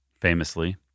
Famously